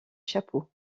chapeau